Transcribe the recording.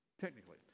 technically